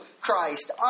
Christ